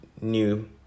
new